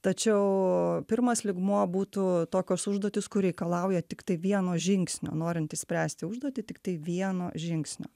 tačiau pirmas lygmuo būtų tokios užduotys kur reikalauja tiktai vieno žingsnio norint išspręsti užduotį tiktai vieno žingsnio